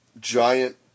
giant